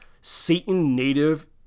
Satan-native